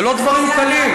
אלה לא דברים קלים,